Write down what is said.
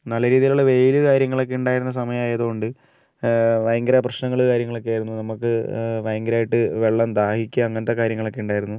നല്ല രീതിയിലുള്ള വെയിൽ കാര്യങ്ങളൊക്കെ ഉണ്ടായിരുന്ന സമയം ആയത് കൊണ്ട് ഭയങ്കര പ്രശ്നങ്ങൾ കാര്യങ്ങളൊക്കെ ആയിരുന്നു നമുക്ക് ഭയങ്കരമായിട്ട് വെള്ളം ദാഹിക്കുക അങ്ങനത്തെ കാര്യങ്ങളൊക്കെ ഉണ്ടായിരുന്നു